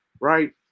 right